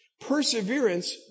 Perseverance